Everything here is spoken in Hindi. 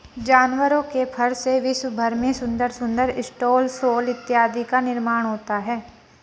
जानवरों के फर से विश्व भर में सुंदर सुंदर स्टॉल शॉल इत्यादि का निर्माण होता है